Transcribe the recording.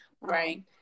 right